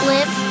Live